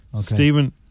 Stephen